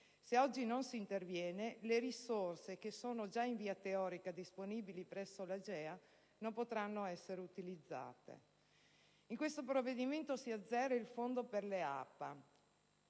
Se oggi non si interviene, le risorse già teoricamente disponibili presso l'AGEA, non potranno essere utilizzate. Inoltre, in questo provvedimento si azzera il fondo per le APA.